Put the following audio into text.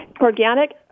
Organic